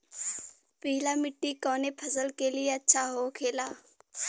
पीला मिट्टी कोने फसल के लिए अच्छा होखे ला?